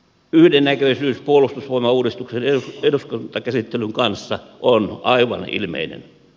yhdennäköisyys puolustusvoimauudistuksen eduskuntakäsittelyn kanssa on aivan ilmeinen